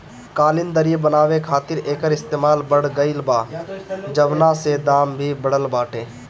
कालीन, दर्री बनावे खातिर एकर इस्तेमाल बढ़ गइल बा, जवना से दाम भी बढ़ल बाटे